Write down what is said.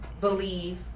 believe